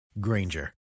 Granger